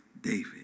David